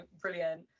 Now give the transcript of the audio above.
brilliant